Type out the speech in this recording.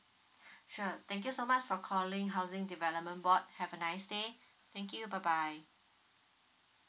sure thank you so much for calling housing development board have a nice day thank you bye bye